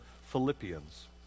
Philippians